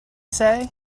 say